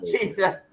Jesus